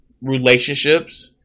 relationships